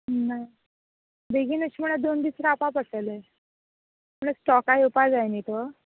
बेगीन अशें म्हणल्यार दोन दीस रावपा पडटलें कित्याक स्टोक येवपा जाय न्हय तो